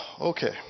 Okay